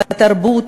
בתרבות,